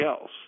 else